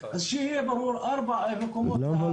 אז שיהיה ברור ארבעה מקומות.